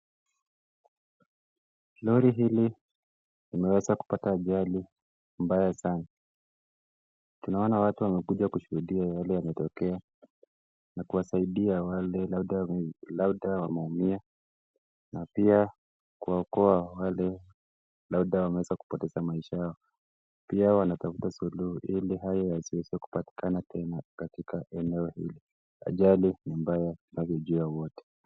Lori hili limeweza kupata ajali mbaya sana, tunaona watu wamekuja kushuhudia yaliyotokea na kuwasaidia labda wameumia na pia kuwaokoa wale labda wamepoteza maisha yao, pia wanatafuta suluhu ili haya yasiweze kupatikaa tena katika eneo ili ajali ni mbaya [...] wote.